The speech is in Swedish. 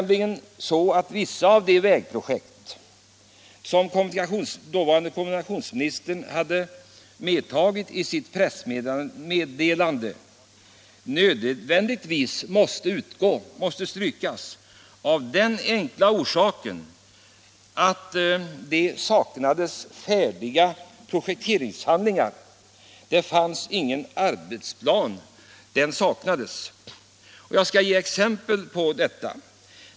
Vissa av de vägprojekt som dåvarande kommunikationsministern hade tagit med i sitt pressmeddelande måste utgå av den enkla orsaken att det saknades färdiga projekteringshandlingar. Det saknades en arbetsplan. Jag kan ge exempel på detta.